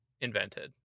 Invented